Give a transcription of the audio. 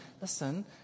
listen